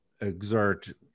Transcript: exert